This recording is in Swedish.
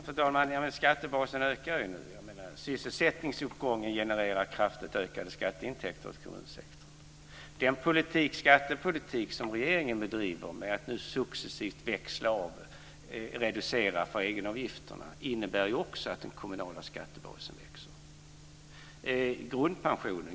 Fru talman! Skattebasen ökar ju nu. Sysselsättningsuppgången genererar kraftigt ökade skatteintäkter till kommunsektorn. Den skattepolitik som regeringen bedriver, där man nu successivt växlar av och reducerar för egenavgifterna, innebär också att den kommunala skattebasen växer.